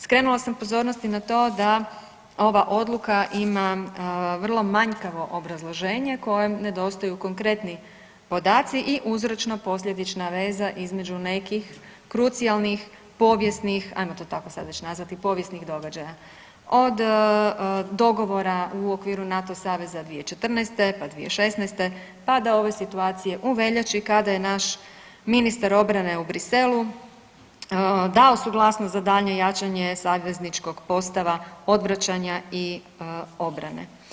Skrenula sam pozornost i na to da ova odluka ima vrlo manjkavo obrazloženje kojemu nedostaju konkretni podaci i uzročno posljedična veza između nekih krucijalnih i povijesnih, ajmo to tako sad već nazvati, povijesnih događaja, od dogovora u okviru NATO saveza 2014., pa 2016., pa do ove situacije u veljači kada je naš ministar obrane u Briselu dao suglasnost da daljnje jačanje savezničkog postava odvraćanja i obrane.